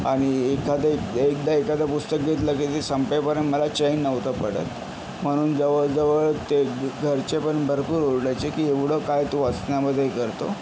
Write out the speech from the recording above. आणि एखादे एक एकदा एखादं पुस्तक घेतलं की ते संपेपर्यंत मला चैन नव्हतं पडत म्हणून जवळजवळ ते घरचेपण भरपूर ओरडायचे की एवढं काय तू वाचनामधे करतो